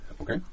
Okay